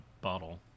bottle